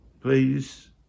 Please